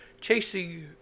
chasing